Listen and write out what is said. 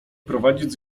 prowadzić